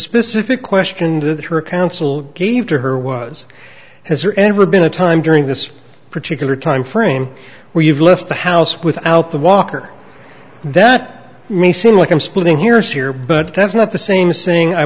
specific question that her counsel gave to her was has there ever been a time during this particular timeframe where you've left the house without the walker that may seem like i'm splitting hears here but that's not the same saying i